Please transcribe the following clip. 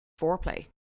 foreplay